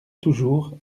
toujours